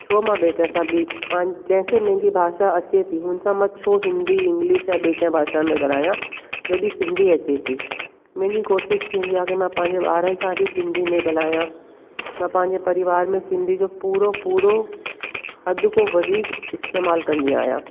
छो मां ॿिए कंहिंसां ॿी पान जंहिंखे मुंहिंजी भाषा अचे थी हुन सां मां छो हिंदी इंग्लिश या ॿिए कंहिं भाषा में ॻाल्हायां जॾहिं सिंधी अचे थी मुंहिंजी कोशिश थींदी आहे कि मां पंहिंजे ॿारनि सां बि सिंधी में ॻाल्हायां मां पंहिंजे परिवार में सिंधी जो पूरो पूरो हद खां वधीक इस्तेमालु कंदी आहियां